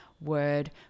word